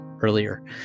earlier